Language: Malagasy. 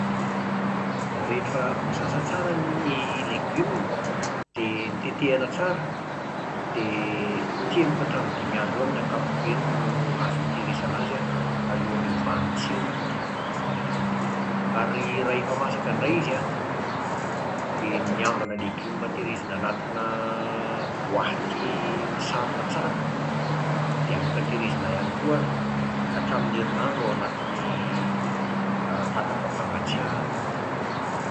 Rehefa voasasa tsara ny legioma, dia notetehana tsara, dia telo ka hatramin'ny dimy andro eo amin'ny ankapobeny no azo itehirizana azy an, alohan'ny hiovan'ny tsirony Ary raha efa masaka indray izy an dia ny ambina legioma tehirizina anatina boaty misarona tsara dia afaka tehirizina ihany koa an, hatramin'ny herinandro ao anaty vata fampangatsiahana